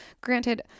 Granted